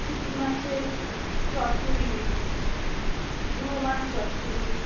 শুঁটকি মাছের চচ্চড়ি গুঁড়ো মাছ চচ্চড়ি